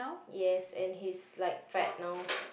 yes and he's like fat now